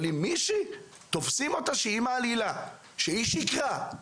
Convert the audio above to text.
אבל אם תופסים מישהי שמעלילה ומשקרת,